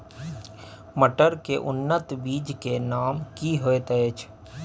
मटर के उन्नत बीज के नाम की होयत ऐछ?